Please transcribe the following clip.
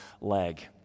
leg